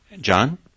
John